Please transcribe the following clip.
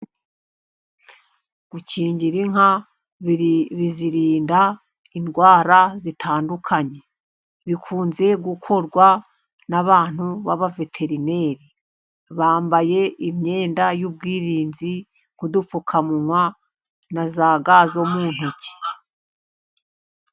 Gukingira inka bizirinda indwara zitandukanye. Bikunze gukorwa n'abantu b'abaveterineri. Bambaye imyenda y'ubwirinzi, nk'udupfukamunwa, na za ga zo mu ntoki.